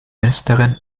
ministerin